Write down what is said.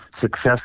success